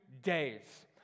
days